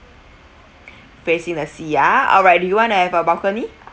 facing the sea ya alright do you want to have a balcony